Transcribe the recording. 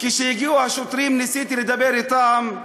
כשהגיעו השוטרים ניסיתי לדבר אתם.